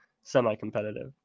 semi-competitive